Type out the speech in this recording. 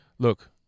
Look